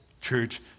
church